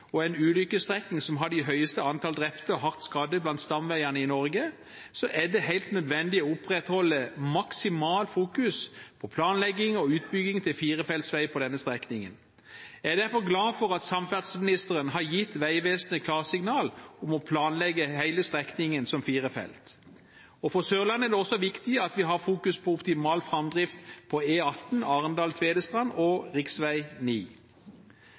og en ulykkesstrekning som hadde det høyeste antall drepte og hardt skadde blant stamveiene i Norge, er det helt nødvendig å opprettholde maksimalt fokus på planlegging og utbygging til firefeltsvei på denne strekningen. Jeg er derfor glad for at samferdselsministeren har gitt Vegvesenet klarsignal til å planlegge hele strekningen som fire felt. For Sørlandet er det også viktig at vi fokuserer på optimal framdrift på E18 Arendal–Tvedestrand og